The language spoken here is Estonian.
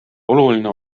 oluline